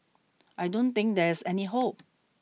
I don't think there is any hope